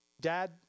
dad